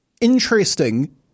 interesting